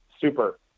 super